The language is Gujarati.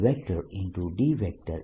Dfree છે